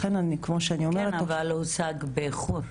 כן, אבל הושג באיחור.